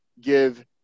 give